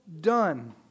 done